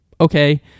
Okay